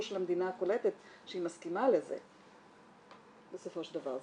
של המדינה הקולטת שהיא מסכימה לזה בסופו של דבר.